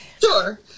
Sure